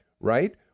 right